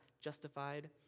justified